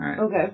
Okay